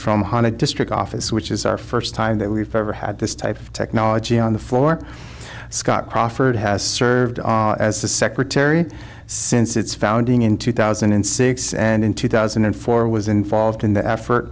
from hunted district office which is our first time that we've ever had this type of technology on the floor scott crawford has served as a secretary since its founding in two thousand and six and in two thousand and four was involved in the effort